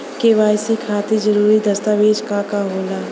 KYC खातिर जरूरी दस्तावेज का का होला?